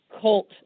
cult